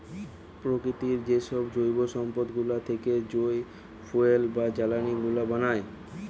প্রকৃতির যেসব জৈব সম্পদ গুলা থেকে যই ফুয়েল বা জ্বালানি গুলা বানায়